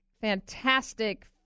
fantastic